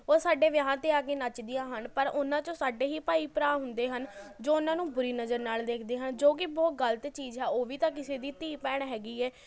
ਓਹ ਸਾਡੇ ਵਿਆਹਾਂ 'ਤੇ ਆ ਕੇ ਨੱਚਦੀਆਂ ਹਨ ਪਰ ਓਹਨਾਂ 'ਚੋਂ ਸਾਡੇ ਹੀ ਭਾਈ ਭਰਾ ਹੁੰਦੇ ਹਨ ਜੋ ਓਹਨਾਂ ਨੂੰ ਬੁਰੀ ਨਜ਼ਰ ਨਾਲ ਦੇਖਦੇ ਹਨ ਜੋ ਕਿ ਬਹੁਤ ਗਲਤ ਚੀਜ਼ ਹੈ ਓਹ ਵੀ ਤਾਂ ਕਿਸੇ ਦੀ ਧੀ ਭੈਣ ਹੈਗੀ ਏ